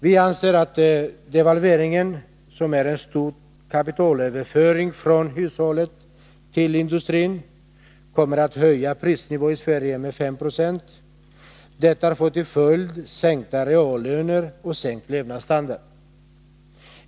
Vi anser att devalveringen, som är en stor kapitalöverföring från hushållen till industrin, kommer att höja prisnivån i Sverige med 5 90. Detta får till följd sänkta reallöner och sänkt levnadsstandard.